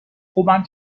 خوبم